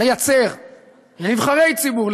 לייצר לנבחרי ציבור,